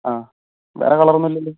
ആഹ് വേറെ കളറൊന്നും ഇല്ലല്ലോ